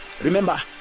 remember